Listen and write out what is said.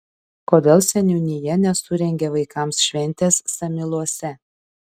kodėl seniūnija nesurengė vaikams šventės samyluose